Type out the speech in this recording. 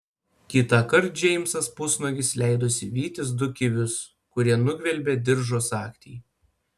kitąkart džeimsas pusnuogis leidosi vytis du kivius kurie nugvelbė diržo sagtį